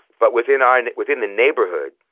but within our and within the neighborhood,